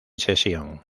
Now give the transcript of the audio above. sesión